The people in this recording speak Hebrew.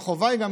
החובה היא גם